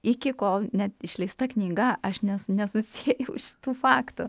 iki kol net išleista knyga aš nes nesusiejau šitų faktų